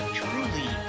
truly